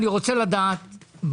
אני רוצה שתגידו לי,